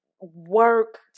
work